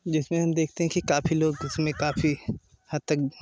जिसमें हम देखने है कि काफी लोग उसमें काफी हद तक